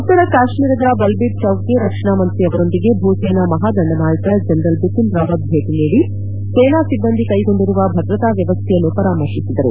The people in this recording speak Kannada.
ಉತ್ತರ ಕಾಶ್ಮೀರದ ಬಲ್ಬೀರ್ ಚೌಕ್ಗೆ ರಕ್ಷಣಾ ಮಂತ್ರಿ ಅವರೊಂದಿಗೆ ಭೂಸೇನಾ ಮಹಾದಂಡ ನಾಯಕ ಜನರಲ್ ಬಿಪಿನ್ ರಾವತ್ ಭೇಟಿ ನೀಡಿ ಸೇನಾ ಸಿಬ್ಬಂದಿ ಕೈಗೊಂಡಿರುವ ಭದ್ರತಾ ವ್ಯವಸ್ಥೆಯನ್ನು ಪರಾಮರ್ಶಿಸಿದರು